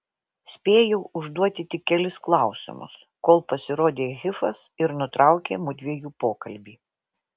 spėjau užduoti tik kelis klausimus kol pasirodė hifas ir nutraukė mudviejų pokalbį